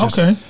Okay